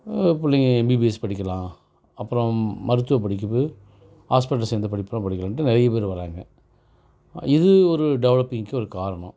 பிள்ளைங்க எம்பிபிஎஸ் படிக்கலாம் அப்புறோம் மருத்துவ படிப்பு ஹாஸ்பிடல் சேர்ந்த படிப்பெலாம் படிக்கலாண்டு நிறைய பேர் வர்றாங்க இது ஒரு டெவலப்பிங்கு ஒரு காரணம்